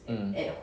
mm